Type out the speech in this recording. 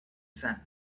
sand